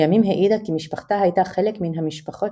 לימים העידה כי משפחתה הייתה חלק מן "המשפחות